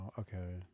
Okay